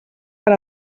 per